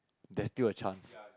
there is still a chance